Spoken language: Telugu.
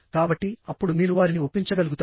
కాబట్టి అప్పుడు మీరు వారిని ఒప్పించగలుగుతారు